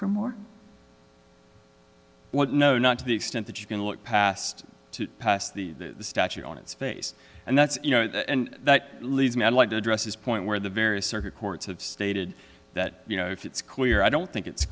for more what no not to the extent that you can look past to pass the statute on its face and that's you know that leads me i'd like to address this point where the various circuit courts have stated that you know if it's clear i don't think it's